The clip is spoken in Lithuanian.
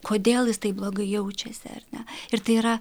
kodėl jis taip blogai jaučiasi ar ne ir tai yra